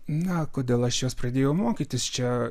na kodėl aš jos pradėjau mokytis čia